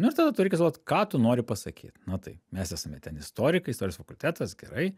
nu ir tada tau reikia sugalvot ką tu nori pasakyt na tai mes esam ten istorikai istorijos fakultetas gerai